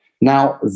Now